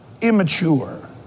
Immature